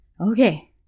Okay